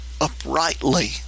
uprightly